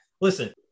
listen